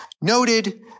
noted